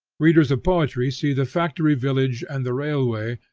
readers of poetry see the factory-village and the railway,